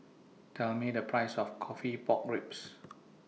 Tell Me The Price of Coffee Pork Ribs